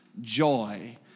joy